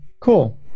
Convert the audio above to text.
cool